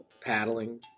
paddling